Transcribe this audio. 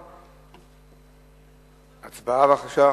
בבקשה.